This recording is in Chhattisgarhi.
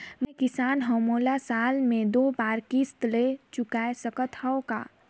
मैं किसान हव मोला साल मे दो बार किस्त ल चुकाय सकत हव का?